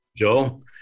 Joel